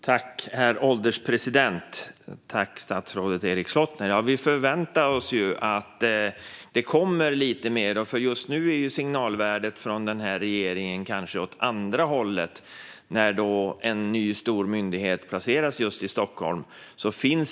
Herr ålderspresident! Tack, statsrådet Erik Slottner! Vi förväntar oss att det kommer lite mer. Just nu är signalvärdet från regeringen kanske åt andra hållet när en ny stor myndighet placeras i Stockholm.